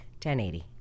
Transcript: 1080